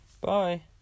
bye